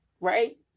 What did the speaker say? right